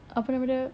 apa nama dia